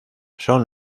son